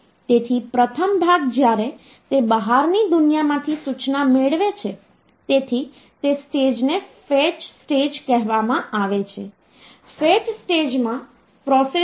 તેથી તે ફરજિયાત નથી કે તમારે A B C D E F ના સંદર્ભમાં તેને લખવું પડશે એ રીતે તમારે અનુરૂપ ડેસિમલ મૂલ્યો યાદ રાખવા પડશે